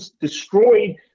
destroyed